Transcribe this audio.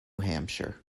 hampshire